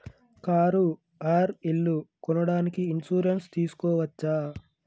Car or ఇల్లు కొనడానికి insurance తీస్కోవచ్చా?